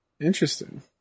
Interesting